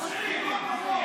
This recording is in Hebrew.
ממשלה של גזענים,